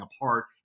apart